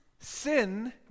Sin